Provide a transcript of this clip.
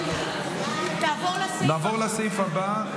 נעבור לסעיף הבא,